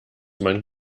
man